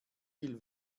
will